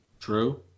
True